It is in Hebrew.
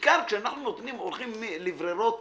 בעיקר, כשאנחנו הולכים לברירות